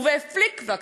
ובפליק-פלאק.